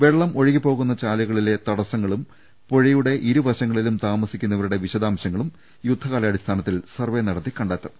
വെള്ളം ഒഴുകിപ്പോകുന്ന ചാലുകളിലെ തടസ്സങ്ങളും പുഴയുടെ ഇരുവശങ്ങളിലും താമസിക്കുന്നവ രുടെ വിശദാംശങ്ങളും യുദ്ധകാലാടിസ്ഥാനത്തിൽ സർവേ നടത്തി കണ്ടെത്തും